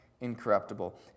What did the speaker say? incorruptible